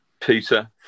Peter